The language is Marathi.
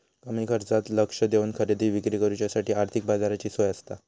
कमी खर्चात लक्ष देवन खरेदी विक्री करुच्यासाठी आर्थिक बाजाराची सोय आसता